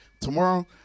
Tomorrow